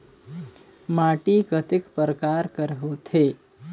माटी कतेक परकार कर होथे?